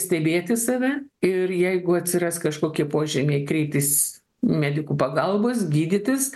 stebėti save ir jeigu atsiras kažkokie požymiai kreiptis medikų pagalbos gydytis